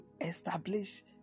establish